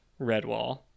Redwall